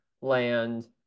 land